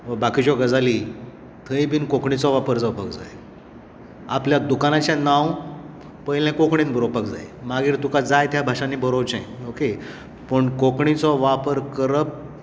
बाकीच्यो गजाली थंय बीन कोंकणीचो वापर जावपाक जाय आपल्या दुकानांचे नांंव पयले कोंकणीन बरोवपाक जाय मागीर तुकां जाय त्या भाशांनीं बरोवचें ओके पूण कोंकणीचो वापर करप